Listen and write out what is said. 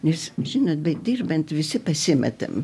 nes žinot bedirbant visi pasimetam